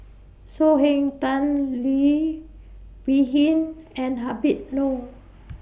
So Heng Tan Leo Wee Hin and Habib Noh